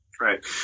Right